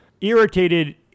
irritated